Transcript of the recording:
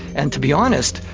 and to be honest,